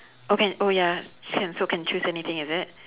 okay oh ya s~ so can choose anything is it